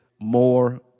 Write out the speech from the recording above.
more